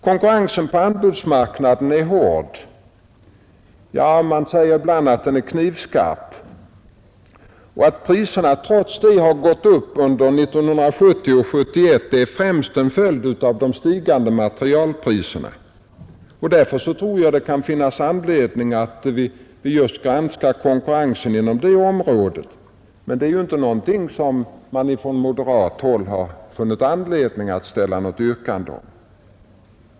Konkurrensen på anbudsmarknaden är hård, ja ibland säger man att den är knivskarp. Att priserna trots det gått upp under 1970 och 1971 är främst en följd av de stigande materialpriserna. Därför tror jag att det kan finnas anledning att just granska konkurrensen inom det området. Men det är ju inte något som man från moderat håll funnit anledning att ställa något yrkande om.